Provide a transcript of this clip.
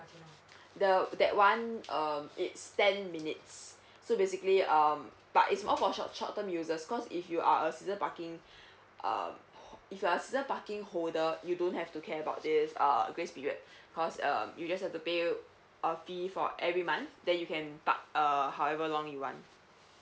the that one um it's ten minutes so basically um but is more for short short term users cause if you are a season parking uh if you're season parking holder you don't have to care about this uh grace period because um you just have to pay a fee for every month then you can park err however long you want